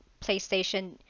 PlayStation